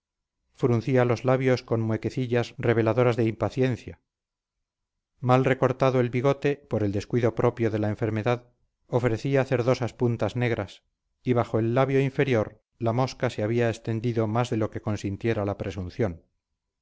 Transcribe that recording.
músculo fruncía los labios con muequecillas reveladoras de impaciencia mal recortado el bigote por el descuido propio de la enfermedad ofrecía cerdosas puntas negras y bajo el labio inferior la mosca se había extendido más de lo que consintiera la presunción